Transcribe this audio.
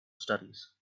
studies